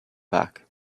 back